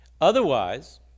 Otherwise